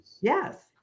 Yes